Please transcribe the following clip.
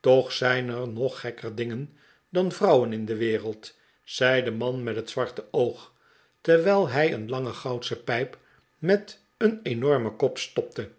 toch zijn er nog gekker dingen dan vrouwen in de wereld zei de man met het zwarte oog terwijl hij een lange goudsche pijp met een enormen kop stopte